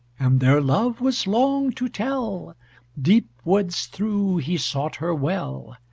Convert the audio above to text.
and their love was long to tell deep woods through he sought her well,